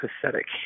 pathetic